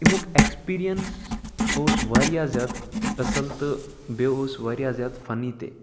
اَمیُک اٮ۪کٕسپیٖرینِس اوس واریاہ زیادٕ اصٕل تہِ بیٚیہِ اوس واریاہ زیادٕ فنی تہِ